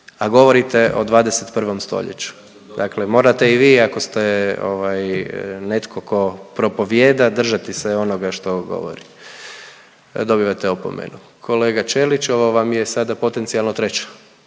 a govorite o 21. stoljeću. Dakle, morate i vi ako ste ovaj netko tko propovijeda, držati se onoga što govori. Dobivate opomenu. Kolega Ćelić, ovo vam je sada potencijalno treća.